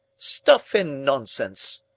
stuff and nonsense!